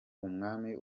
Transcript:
umwami